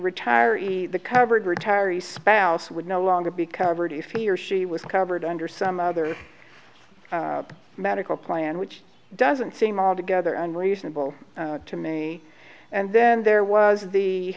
retiree the covered retiree spouse would no longer be covered if he or she was covered under some other medical plan which doesn't seem altogether unreasonable to me and then there was the